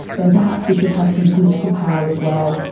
then perhaps we should have some political power as well,